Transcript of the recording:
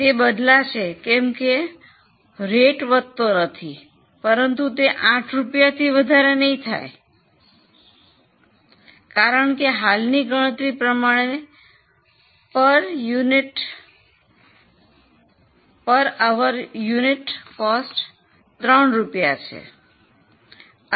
તે બદલાશે કેમ કે દર વધતો નથી પરંતુ તે 8 રૂપિયાથી વધારે નહીં થશે કારણ કે હાલ ની ગણતરી પ્રમાણે 2 કલાકનો યુનિટ દીઠ 3 રૂપિયા છે